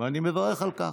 ואני מברך על כך.